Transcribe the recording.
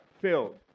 filled